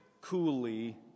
coolly